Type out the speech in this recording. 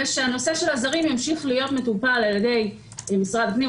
ושהנושא של הזרים ימשיך להיות מטופל על ידי משרד הפנים,